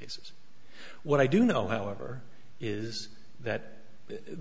cases what i do know however is that